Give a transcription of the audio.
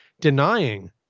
denying